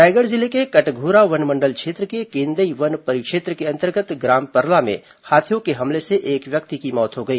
रायगढ़ जिले के कटघोरा वनमंडल क्षेत्र के केंदई वन परिक्षेत्र के अंतर्गत ग्राम परला में हाथियों के हमले से एक व्यक्ति की मौत हो गई